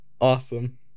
Awesome